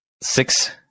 six